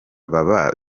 baba